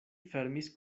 fermis